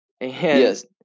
Yes